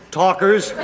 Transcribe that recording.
talkers